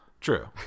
True